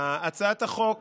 הצעת החוק